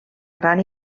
gran